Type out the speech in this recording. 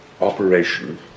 operation